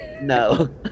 No